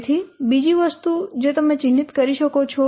તેથી બીજી વસ્તુ જે તમે ચિહ્નિત કરી શકો છો